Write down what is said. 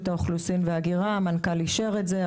האוכלוסין וההגירה; המנכ"ל אישר את זה.